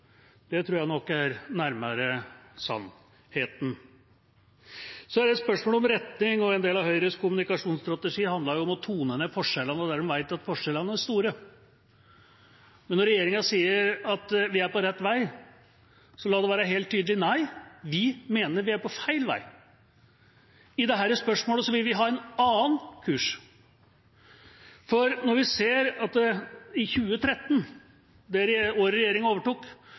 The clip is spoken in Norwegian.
Det tror jeg nok er nærmere sannheten. Det er et spørsmål om retning, og en del av Høyres kommunikasjonsstrategi handler jo om å tone ned forskjellene der de vet at forskjellene er store. Når regjeringa sier at vi er på rett vei, så la det være helt tydelig: Nei, vi mener vi er på feil vei. I dette spørsmålet vil vi ha en annen kurs. I 2013, det året regjeringa overtok, var Norge på tredjeplass i